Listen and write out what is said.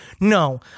No